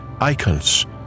icons